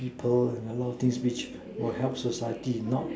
people and a lot of things which will help society and not